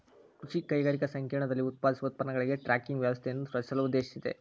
ಕೃಷಿ ಕೈಗಾರಿಕಾ ಸಂಕೇರ್ಣದಲ್ಲಿ ಉತ್ಪಾದಿಸುವ ಉತ್ಪನ್ನಗಳಿಗೆ ಟ್ರ್ಯಾಕಿಂಗ್ ವ್ಯವಸ್ಥೆಯನ್ನು ರಚಿಸಲು ಉದ್ದೇಶಿಸಿದೆ